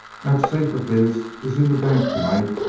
that safe of his is in the bank tonight,